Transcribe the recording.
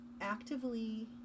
actively